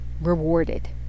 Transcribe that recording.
rewarded